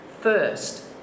first